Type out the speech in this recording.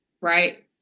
right